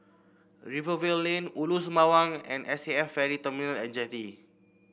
Rivervale Lane Ulu Sembawang and S A F Ferry Terminal amd Jetty